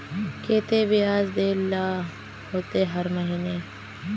केते बियाज देल ला होते हर महीने?